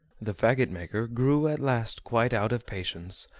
the fagot-maker grew at last quite out of patience,